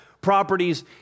properties